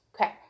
Okay